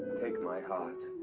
take my heart.